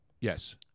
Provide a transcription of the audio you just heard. Yes